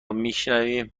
میبینیم